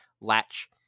latch